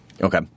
Okay